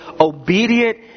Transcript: obedient